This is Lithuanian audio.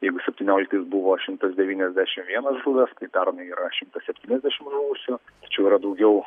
jeigu septynioliktais buvo šimtas devyniasdešim vienas žuvęs tai pernai yra šimtas septyniasdešim žuvusių tačiau yra daugiau